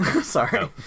sorry